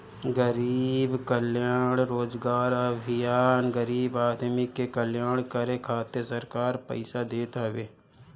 गरीब कल्याण रोजगार अभियान गरीब आदमी के कल्याण करे खातिर सरकार पईसा देत हवे